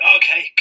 okay